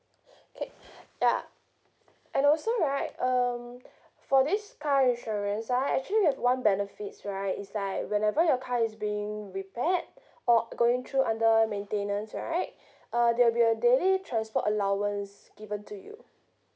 K yeah and also right um for this car insurance right actually we have one benefits right is like whenever your car is being repaired or going through under maintenance right uh there will be a daily transport allowance given to you